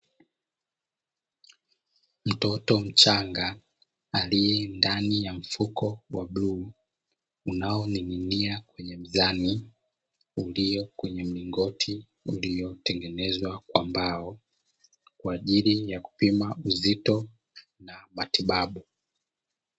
Mtoto mchanga aliye ndani ya mfuko wa bluu, unaoning'inia kwenye mzani, ulio kwenye mlingoti uliotengezwa kwa mbao, kwa ajili ya kupima uzitona matibabu.